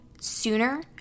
sooner